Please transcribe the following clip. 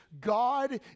God